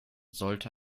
sollte